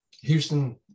Houston